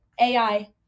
AI